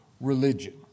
religion